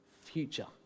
future